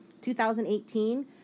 2018